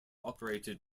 operated